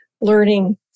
learning